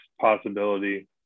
possibility